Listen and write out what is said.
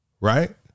Right